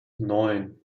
neun